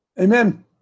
Amen